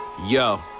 yo